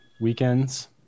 weekends